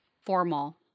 formal